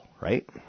right